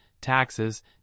taxes